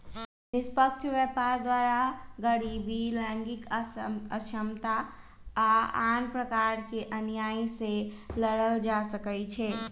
निष्पक्ष व्यापार द्वारा गरीबी, लैंगिक असमानता आऽ आन प्रकार के अनिआइ से लड़ल जा सकइ छै